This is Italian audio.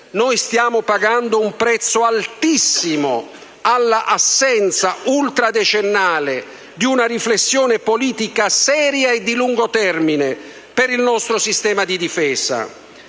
Noi stiamo pagando un prezzo altissimo alla assenza ultradecennale di una riflessione politica seria e di lungo termine per il nostro sistema di difesa.